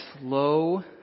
slow